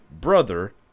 brother